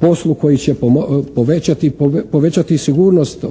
poslu koji će povećati sigurnost